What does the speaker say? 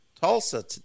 Tulsa